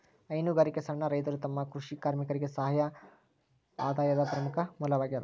ಹೈನುಗಾರಿಕೆ ಸಣ್ಣ ರೈತರು ಮತ್ತು ಕೃಷಿ ಕಾರ್ಮಿಕರಿಗೆ ಸಹಾಯಕ ಆದಾಯದ ಪ್ರಮುಖ ಮೂಲವಾಗ್ಯದ